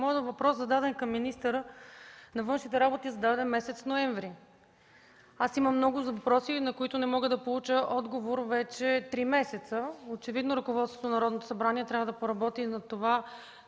моят въпрос към министъра на външните работи е зададен през месец ноември. Аз имам много въпроси, на които не мога да получа отговор вече три месеца. Очевидно ръководството на Народното събрание трябва да поработи над това